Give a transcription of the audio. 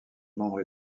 membres